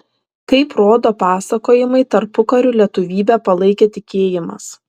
kaip rodo pasakojimai tarpukariu lietuvybę palaikė tikėjimas